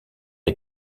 est